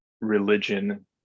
religion